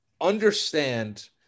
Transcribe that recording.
understand